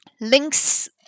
links